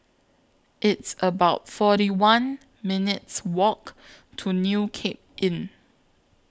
It's about forty one minutes' Walk to New Cape Inn